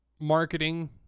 marketing